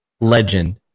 legend